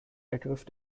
ergriff